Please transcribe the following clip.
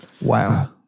Wow